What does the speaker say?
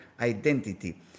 identity